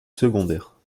secondaire